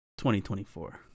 2024